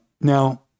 now